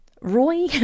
Roy